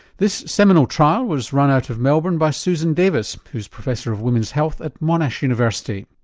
this seminal trial was run out of melbourne by susan davis who's professor of women's health at monash university.